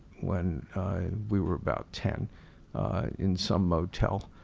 when we were about ten in some motel,